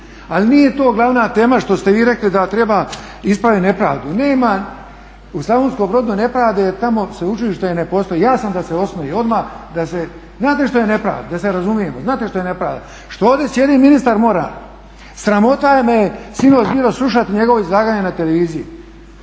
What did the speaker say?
Ali nije to glavna tema što ste vi rekli da treba ispraviti nepravdu. Nema u Slavonskom Brodu nepravde jer tamo sveučilište ne postoji. Ja sam da se osnuje, odmah. Znate što je nepravda, da se razumijemo? Znate što je nepravda? Što ovdje sjedi ministar Mornar, sramota me sinoć bilo slušati njegovo izlaganje na televiziji.